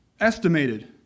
estimated